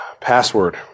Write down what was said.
Password